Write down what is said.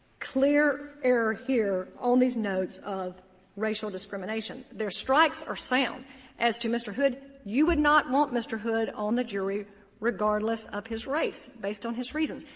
clear error here on these notes of racial discrimination. their strikes are sound as to mr. hood. you would not want mr. hood on the jury regardless of his race, based on his reasons.